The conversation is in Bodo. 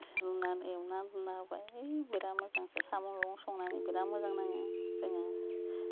सोमनानै एवनानै लाबाय बिराद मोजांसो साम' मैगं संनानै बिराद मोजां नाङो जोङो